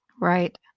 Right